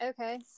Okay